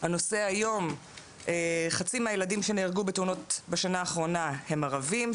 הנושא היום חצי מהילדים שנהרגו בתאונות בשנה האחרונה הם ערבים,